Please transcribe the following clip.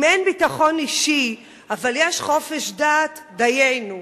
אם אין ביטחון אישי אבל יש חופש דת, דיינו,